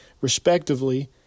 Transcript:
respectively